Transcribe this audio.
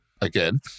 Again